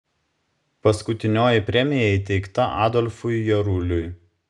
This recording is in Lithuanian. paskutinioji premija įteikta adolfui jaruliui